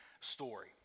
story